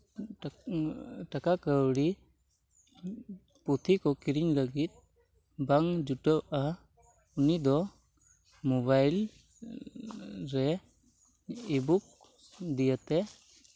ᱴᱟᱠᱟ ᱠᱟᱹᱣᱰᱤ ᱯᱩᱛᱷᱤ ᱠᱚ ᱠᱤᱨᱤᱧ ᱞᱟᱹᱜᱤᱫ ᱵᱟᱝ ᱡᱩᱴᱟᱹᱜᱼᱟ ᱩᱱᱤ ᱫᱚ ᱢᱳᱵᱟᱭᱤᱞ ᱨᱮ ᱤ ᱵᱩᱠ ᱫᱤᱭᱮᱛᱮ